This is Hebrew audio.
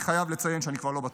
אני חייב לציין שאני כבר לא בטוח.